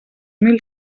mil